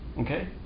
okay